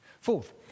Fourth